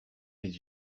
les